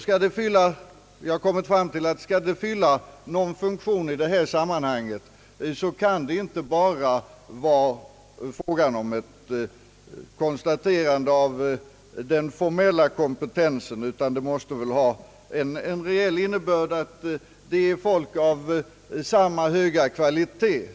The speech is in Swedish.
Jag har kommit fram till att skall det fylla någon funktion i detta sammanhang, kan det inte bara vara fråga om ett konstaterande av den formella kompetensen, utan den reella innebörden måste väl vara att det är folk av samma höga kvalitet.